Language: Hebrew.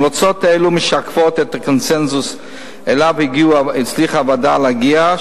המלצות אלו משקפות את הקונסנזוס שאליו הצליחה הוועדה להגיע,